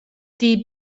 die